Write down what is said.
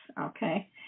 okay